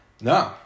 No